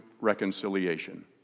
reconciliation